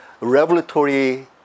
revelatory